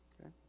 Okay